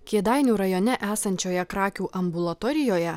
kėdainių rajone esančioje krakių ambulatorijoje